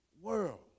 world